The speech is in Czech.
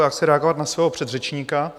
Já chci reagovat na svého předřečníka.